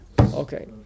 Okay